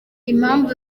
impamvu